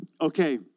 okay